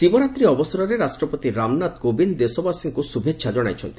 ଶିବରାତ୍ରୀ ଅବସରରେ ରାଷ୍ଟ୍ରପତି ରାମନାଥ କୋବିନ୍ଦ ଦେଶବାସୀଙ୍କ ଶୁଭେଚ୍ଛା ଜଣାଇଛନ୍ତି